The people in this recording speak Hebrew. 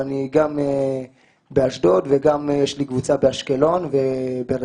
אבל אני גם באשדוד וגם יש לי קבוצה באשקלון וברחובות.